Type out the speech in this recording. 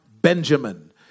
Benjamin